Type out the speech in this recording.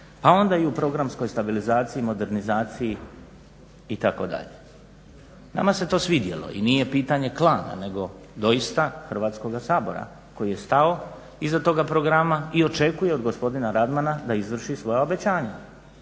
a onda i u programskoj stabilizaciji, modernizaciji itd. Nama se to svidjelo i nije pitanje klana nego doista Hrvatskoga sabora koji je stao iza toga programa i očekuje od gospodina Radmana da izvrši svoja obećanja.